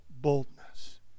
boldness